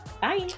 Bye